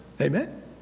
Amen